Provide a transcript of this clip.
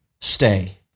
stay